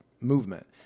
movement